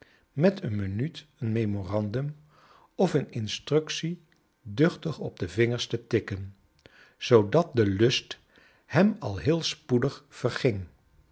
minuut een memorandum of een instructie duchtig op de vingers te tikken zoodat de lust hem al heel spoedig verging